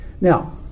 Now